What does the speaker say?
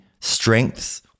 strengths